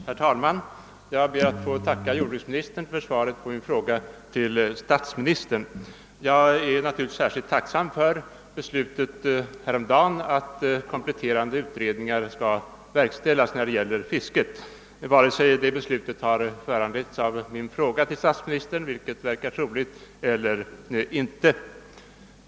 Herr talman! Jag ber att få tacka jordbruksministern för svaret på min fråga till statsministern. Jag är särskilt tacksam för beslutet häromdagen att kompletterande utredningar skall göras rörande fisket, alldeles oavsett om det beslutet har föranletts av min fråga till statsministern — vilket verkar troligt — eller inte.